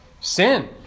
sin